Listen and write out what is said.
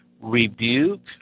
rebuke